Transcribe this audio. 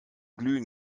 glühen